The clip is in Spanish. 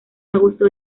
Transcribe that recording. agosto